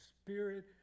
spirit